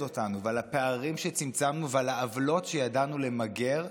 אותנו ועל הפערים שצמצמנו ועל העוולות שידענו למגר,